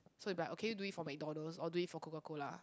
so if I okay do it for McDonald's or do it for Coca Cola